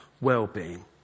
well-being